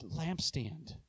lampstand